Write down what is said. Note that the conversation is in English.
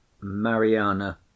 Mariana